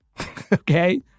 Okay